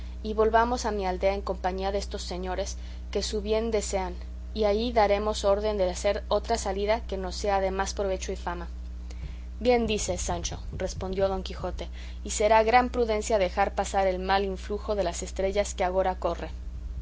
y volvamos a mi aldea en compañía destos señores que su bien desean y allí daremos orden de hacer otra salida que nos sea de más provecho y fama bien dices sancho respondió don quijote y será gran prudencia dejar pasar el mal influjo de las estrellas que agora corre